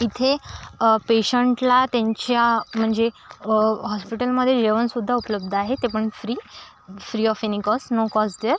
इथे पेशंटला त्यांच्या म्हणजे हॉस्पिटलमध्ये जेवणसुद्धा उपलब्ध आहे ते पण free free of any cost no cost there